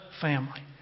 family